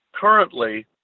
currently